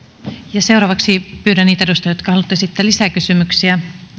ja seuraavaksi pyydän niitä edustajia jotka haluavat esittää lisäkysymyksiä